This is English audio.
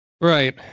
right